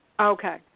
Okay